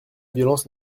violence